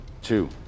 two